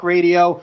Radio